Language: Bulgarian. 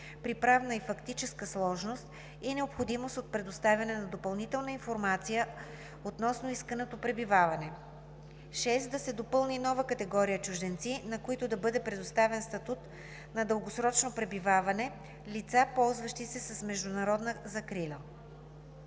при правна и фактическа сложност и необходимост от предоставяне на допълнителна информация относно исканото пребиваване. 6. Да се допълни нова категория чужденци, на които да бъде предоставян статут на дългосрочно пребиваване – лица, ползващи се с международна закрила.